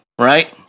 right